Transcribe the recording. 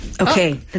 Okay